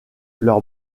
leur